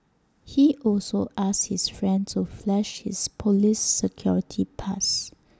he also asked his friend to flash his Police security pass